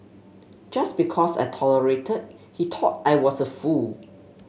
just because I tolerated he thought I was a fool